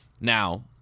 Now